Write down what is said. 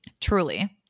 Truly